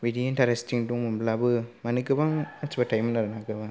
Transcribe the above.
बिदि इन्टारेस्ट दंमोनब्लाबो माने गोबां मानसिफोर थायोमोन आरोना गोबां